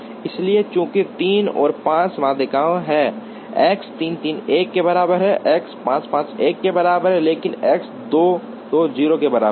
इसलिए चूंकि 3 और 5 माध्यिकाएं हैं X 3 3 1 के बराबर X 5 5 1 के बराबर लेकिन X 2 2 0 के बराबर है